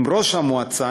עם ראש המועצה,